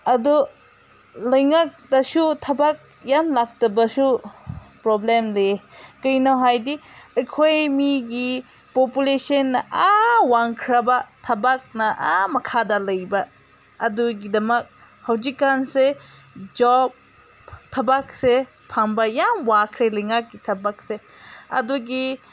ꯑꯗꯨ ꯂꯩꯉꯥꯛꯇꯁꯨ ꯊꯕꯛ ꯌꯥꯝ ꯂꯥꯛꯇꯕꯁꯨ ꯄ꯭ꯔꯣꯕ꯭ꯂꯦꯝ ꯂꯩꯑꯦ ꯀꯩꯒꯤꯅꯣ ꯍꯥꯏꯗꯤ ꯑꯩꯈꯣꯏ ꯃꯤꯒꯤ ꯄꯣꯄꯨꯂꯦꯁꯟꯅ ꯑꯥ ꯋꯥꯡꯈ꯭ꯔꯕ ꯊꯕꯛꯅ ꯑꯥ ꯃꯈꯥꯗ ꯂꯩꯕ ꯑꯗꯨꯒꯤꯗꯃꯛ ꯍꯧꯖꯤꯛꯀꯥꯟꯁꯦ ꯖꯣꯕ ꯊꯕꯛꯁꯦ ꯐꯪꯕ ꯌꯥꯝ ꯋꯥꯈ꯭ꯔꯦ ꯂꯩꯉꯥꯛꯀꯤ ꯊꯕꯛꯁꯦ ꯑꯗꯨꯒꯤ